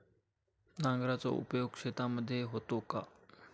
नांगराचा उपयोग शेतीमध्ये होतो का?